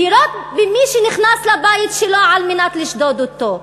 לירות במי שנכנס לבית שלו כדי לשדוד אותו.